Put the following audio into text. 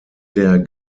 der